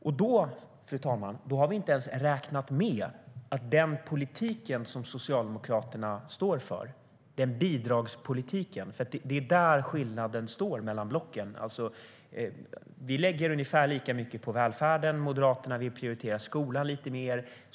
Och då, fru talman, har vi inte ens räknat med att den politik som Socialdemokraterna står för är en bidragspolitik, och det är där skillnaden står mellan blocken. Vi lägger ungefär lika mycket på välfärden. Moderaterna vill prioritera skolan lite mer.